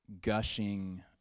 gushing